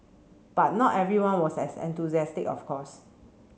but not everyone was as enthusiastic of course